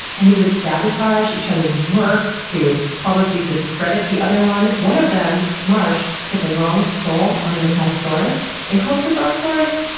and they would sabotage each other's work. they would publicly discredit the other one. one of them, marsh, put the wrong skull on an apatosaurus and called it a brontosaurus.